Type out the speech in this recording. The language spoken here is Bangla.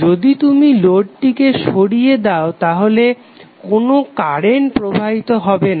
যদি তুমি লোডটিকে সরিয়ে দাও তাহলে কোনো কারেন্ট প্রবাহিত হবে না